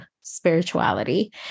spirituality